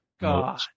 God